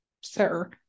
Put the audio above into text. sir